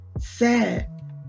sad